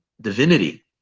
divinity